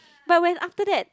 but when after that